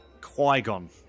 Qui-Gon